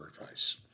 Advice